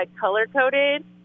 color-coded